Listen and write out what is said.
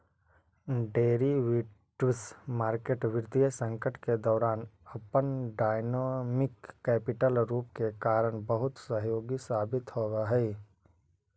derivatives market वित्तीय संकट के दौरान अपन डायनेमिक कैपिटल रूप के कारण बहुत सहयोगी साबित होवऽ हइ